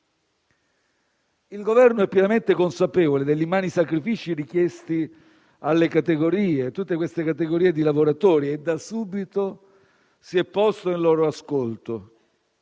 Il Governo è pienamente consapevole degli immani sacrifici richiesti a tutte queste categorie di lavoratori e da subito si è posto in ascolto.